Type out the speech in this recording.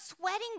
sweating